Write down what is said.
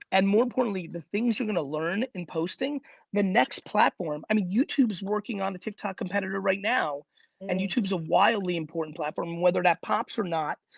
and more importantly the things you're gonna learn in posting the next platform. i mean youtube is working on the tik tok competitor right now and youtube's a wildly important platform, whether that pops or not,